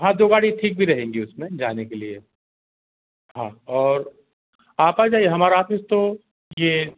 हाँ दो गाड़ियाँ ठीक भी रहेंगी उसमें जाने के लिए हाँ और आप आ जाइए हमारा आफिस तो ये